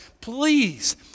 Please